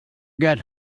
get